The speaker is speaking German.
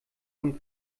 und